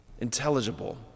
Intelligible